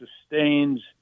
sustains